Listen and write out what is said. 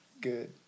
good